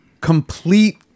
complete